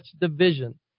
division